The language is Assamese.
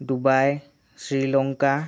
ডুবাই শ্ৰীলংকা